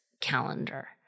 calendar